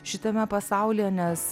šitame pasaulyje nes